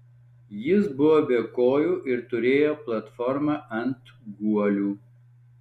jis buvo be kojų ir turėjo platformą ant guolių